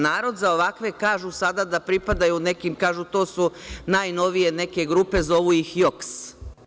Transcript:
Narod za ovakve kaže sada da pripadaju nekim – to su najnovije neke grupe zovu ih „joks“